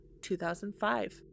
2005